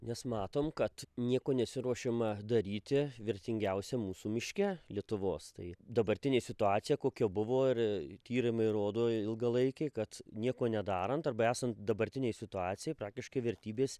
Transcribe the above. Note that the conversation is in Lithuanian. nes matom kad nieko nesiruošiama daryti vertingiausiam mūsų miške lietuvos tai dabartinė situacija kokia buvo ir tyrimai rodo ilgalaikiai kad nieko nedarant arba esant dabartinei situacijai praktiškai vertybės